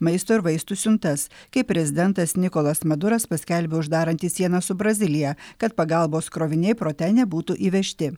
maisto ir vaistų siuntas kai prezidentas nikolas maduras paskelbė uždaranti sieną su brazilija kad pagalbos kroviniai pro ten nebūtų įvežti